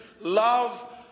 Love